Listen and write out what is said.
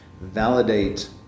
validate